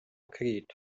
creed